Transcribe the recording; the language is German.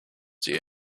die